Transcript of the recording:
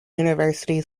university